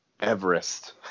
Everest